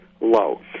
low